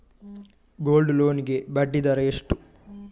Gold loan ಗೆ ಬಡ್ಡಿ ದರ ಎಷ್ಟು?